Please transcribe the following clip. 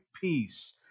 peace